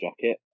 jacket